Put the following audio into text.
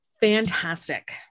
fantastic